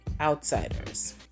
outsiders